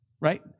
right